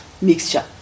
Mixture